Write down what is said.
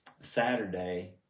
Saturday